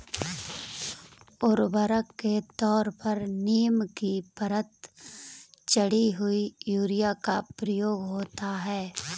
उर्वरक के तौर पर नीम की परत चढ़ी हुई यूरिया का प्रयोग होता है